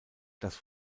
das